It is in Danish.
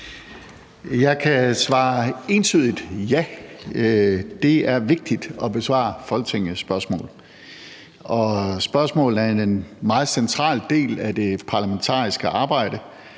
Jeg kan svare entydigt ja. Det er vigtigt at besvare folketingsspørgsmål. Spørgsmål er en meget central del af det parlamentariske arbejde,